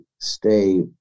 stay